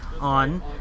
on